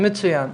מצוין.